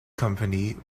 company